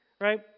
Right